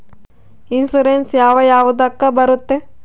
Insurance ಯಾವ ಯಾವುದಕ್ಕ ಬರುತ್ತೆ?